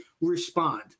respond